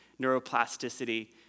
neuroplasticity